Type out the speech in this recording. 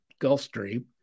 Gulfstream